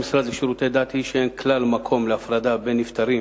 1. עמדת המשרד לשירותי דת היא שאין כלל מקום להפרדה בין נפטרים